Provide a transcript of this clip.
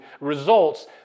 results